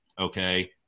okay